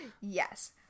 Yes